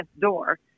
door